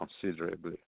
considerably